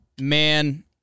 Man